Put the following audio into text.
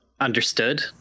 Understood